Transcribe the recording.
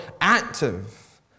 active